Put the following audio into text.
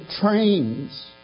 trains